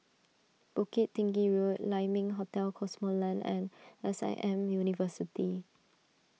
Bukit Tinggi Road Lai Ming Hotel Cosmoland and S I M University